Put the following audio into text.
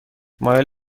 مایل